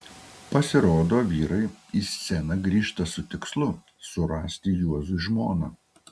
pasirodo vyrai į sceną grįžta su tikslu surasti juozui žmoną